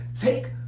take